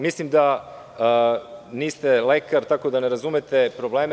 Mislim da niste lekar, tako da ne razumete probleme.